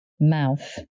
Mouth